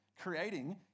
creating